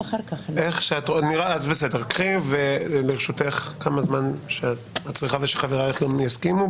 לרשותך כמה זמן שאת צריכה ושחברייך גם יסכימו.